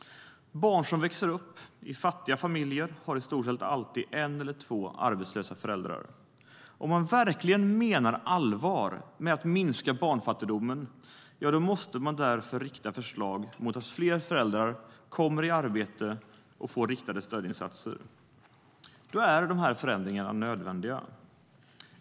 Barn som växer upp i fattiga familjer har i stort sett alltid en eller två arbetslösa föräldrar. Om man verkligen menar allvar med att minska barnfattigdomen måste man rikta förslag mot att fler föräldrar kommer i arbete och får riktade stödinsatser. Då är de här förändringarna nödvändiga.